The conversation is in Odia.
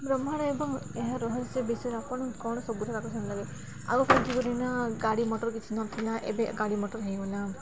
ବ୍ରହ୍ମାଣ୍ଡ ଏବଂ ଏହା ରହସ୍ୟ ବିଷୟରେ ଆପଣ କ'ଣ ସବୁଠୁ ଆଗ ପସନ୍ଦ ଲାଗେ ଆଗକାଳରେ ନା ଗାଡ଼ିମଟର କିଛି ନଥିଲା ଏବେ ଗାଡ଼ିମଟର ହେଇଗଲା